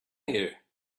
here